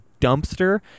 dumpster